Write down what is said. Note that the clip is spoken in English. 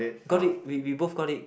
got it we we both got it